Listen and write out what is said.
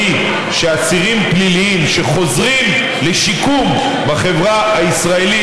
הוא שאסירים פליליים שחוזרים לשיקום בחברה הישראלית,